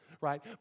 right